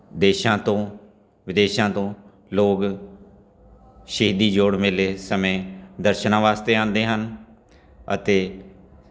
ਦੇਸ਼ਾਂ ਤੋਂ ਵਿਦੇਸ਼ਾਂ ਤੋਂ ਲੋਕ ਸ਼ਹੀਦੀ ਜੋੜ ਮੇਲੇ ਸਮੇਂ ਦਰਸ਼ਨਾਂ ਵਾਸਤੇ ਆਉਂਦੇ ਹਨ ਅਤੇ